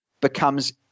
becomes